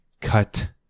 Cut